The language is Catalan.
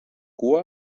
cua